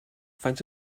faint